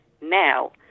now